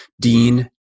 dean